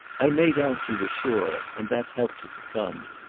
i made out you were sure and that helped it to come.